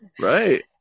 Right